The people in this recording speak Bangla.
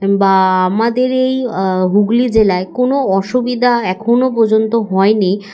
বা আমাদের এই হুগলি জেলায় কোনো অসুবিধা এখনও পর্যন্ত হয়নি